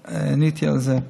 עניתי על זה.